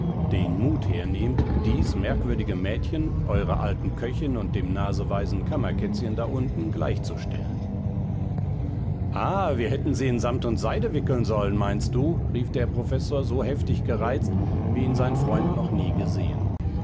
den mut hernehmt dies merkwürdige mädchen eurer alten köchin und dem naseweisen kammerkätzchen da unten gleichzustellen ah wir hätten sie in samt und seide wickeln sollen meinst du rief der professor so heftig gereizt wie ihn sein freund noch nie gesehen